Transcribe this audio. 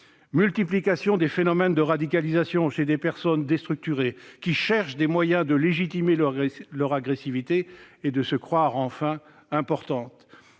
multiplication des phénomènes de radicalisation chez des personnes déstructurées, qui cherchent des moyens de légitimer leur agressivité et de se croire enfin importantes,